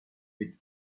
with